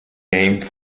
named